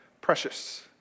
precious